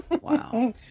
Wow